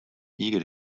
eager